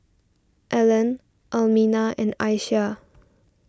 Allen Almina and Isiah